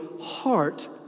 heart